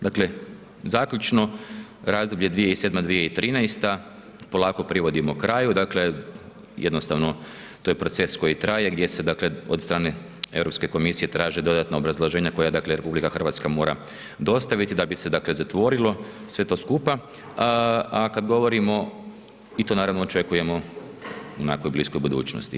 Dakle, zaključno, razdoblje 2007.-2013. polako privodimo kraju, dakle, jednostavno, to je proces koji traje, gdje se dakle, od strane EU komisije traže dodatna obrazloženja koja dakle, RH treba dostaviti da bi se zatvorilo sve to skupa, a kad govorimo i to naravno očekujemo onako u bliskoj budućnosti.